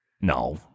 No